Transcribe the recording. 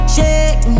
Shake